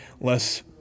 less